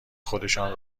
خودشان